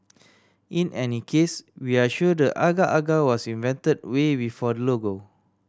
in any case we are sure the agar agar was invented way before the logo